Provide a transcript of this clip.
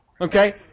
Okay